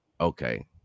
okay